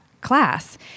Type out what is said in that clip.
class